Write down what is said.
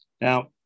Now